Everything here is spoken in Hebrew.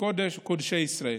קודשי ישראל,